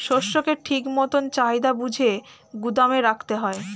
শস্যকে ঠিক মতন চাহিদা বুঝে গুদাম রাখতে হয়